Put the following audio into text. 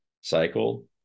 cycle